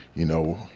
you know,